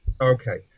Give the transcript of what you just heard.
Okay